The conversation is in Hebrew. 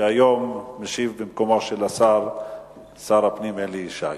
שהיום משיב במקומו של שר הפנים אלי ישי.